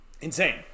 Insane